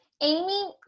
Amy